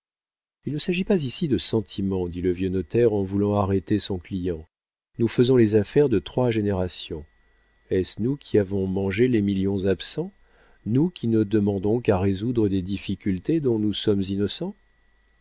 il ne s'agit pas ici de sentiments dit le vieux notaire en voulant arrêter son client nous faisons les affaires de trois générations est-ce nous qui avons mangé les millions absents nous qui ne demandons qu'à résoudre des difficultés dont nous sommes innocents